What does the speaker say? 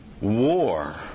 war